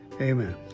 Amen